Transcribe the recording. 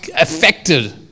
affected